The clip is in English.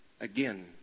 again